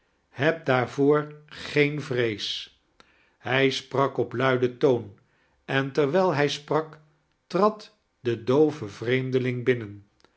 heb daarvoor geen vrees hij sprak op luiden toon en terwijl hij sprak trad de doove vreem deling binnen